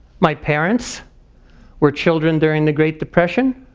my parents were children during the great depression,